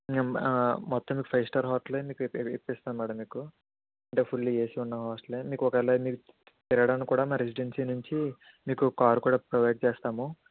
నే మొత్తం మీకు ఫైవ్ స్టార్ హోటలే మీకు ఇప్పి ఇప్పిస్తాం మేడం మీకు అంటే ఫుల్లీ ఏసీ ఉన్న హాస్టలే మీకు ఒకవేళ తిరగడానికి కూడా మా రెసిడెన్సీ నుంచి మీకు కార్ కూడా ప్రొవైడ్ చేస్తాము